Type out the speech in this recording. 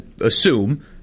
assume